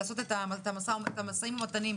ולעשות את המשא ומתן,